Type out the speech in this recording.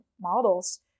models